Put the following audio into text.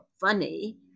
funny